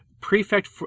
Prefect